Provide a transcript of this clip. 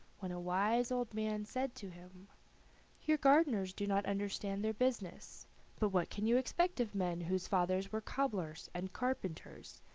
when a wise old man said to him your gardeners do not understand their business but what can you expect of men whose fathers were cobblers and carpenters?